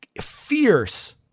Fierce